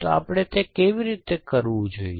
તો આપણે તે કેવી રીતે કરવું જોઈએ